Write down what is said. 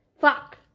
Fuck